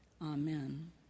Amen